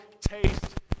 taste